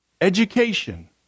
education